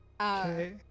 Okay